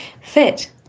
fit